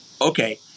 okay